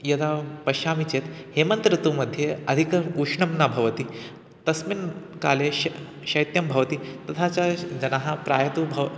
यदा पश्यामि चेत् हेमन्तर्तुमध्ये अधिकम् उष्णं न भवति तस्मिन् काले श शैत्यं भवति तथा च जनाः प्रायः तु भ